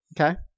Okay